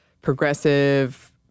progressive